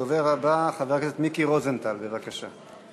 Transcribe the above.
הדובר הבא, חבר הכנסת מיקי רוזנטל, בבקשה.